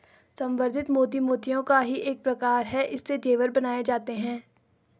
संवर्धित मोती मोतियों का ही एक प्रकार है इससे जेवर बनाए जाते हैं